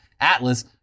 Atlas